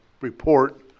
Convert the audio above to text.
report